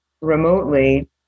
remotely